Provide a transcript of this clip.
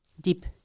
deep